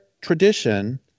tradition